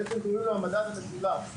בעצם קוראים לו המדד המשולב,